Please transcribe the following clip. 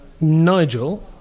Nigel